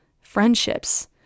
Friendships